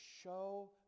show